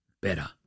better